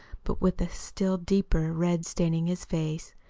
but with a still deeper red staining his face.